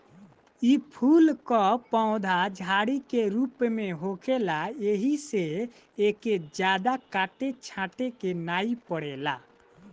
इ फूल कअ पौधा झाड़ी के रूप में होखेला एही से एके जादा काटे छाटे के नाइ पड़ेला